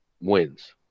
wins